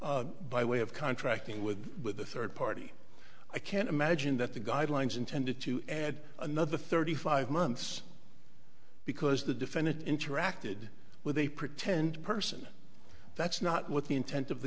by way of contracting with with a third party i can't imagine that the guidelines intended to add another thirty five months because the defendant interacted with a pretend person that's not what the intent of the